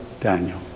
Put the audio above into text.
Daniel